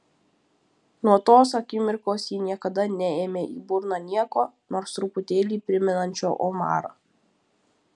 nuo tos akimirkos ji niekada neėmė į burną nieko nors truputėlį primenančio omarą